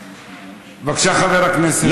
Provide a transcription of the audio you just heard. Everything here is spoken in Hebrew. בבקשה, חבר הכנסת שטרן.